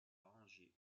angers